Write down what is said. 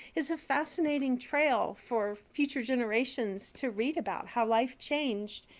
is a fascinating trail for future generations to read about how life changed.